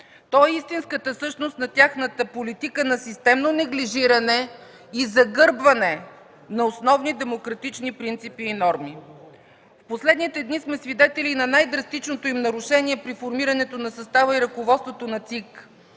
То е истинската същност на тяхната политика на системно неглижиране и загърбване на основни демократичните принципи и норми. В последните дни сме свидетели на най-драстичното им нарушение при формирането на състава и ръководството на ЦИК.